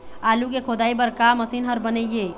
आलू के खोदाई बर का मशीन हर बने ये?